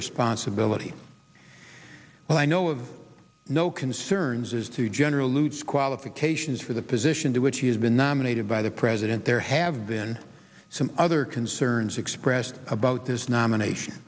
responsibility well i know of no concerns as to general lute's qualifications for the position to which he has been nominated by the president there have been some other concerns expressed about this nomination